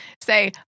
say